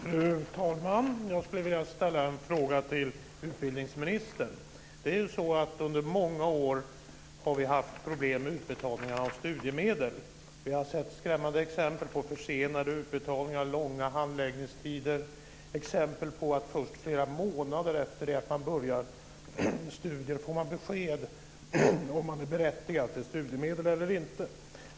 Fru talman! Jag skulle vilja ställa en fråga till utbildningsministern. Under många år har vi haft problem med utbetalningarna av studiemedel. Vi har sett skrämmande exempel på försenade utbetalningar och långa handläggningstider. Exempel visar att en del studenter flera månader efter att de börjat sina studier får besked om huruvida de är berättigade till studiemedel eller inte.